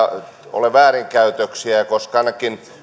ole väärinkäytöksiä ainakin